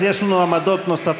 אז יש לנו עמדות נוספות.